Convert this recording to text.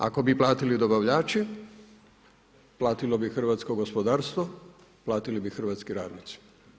Ako bi platili dobavljači, platilo bi hrvatsko gospodarstvo, platili bi hrvatski radnici.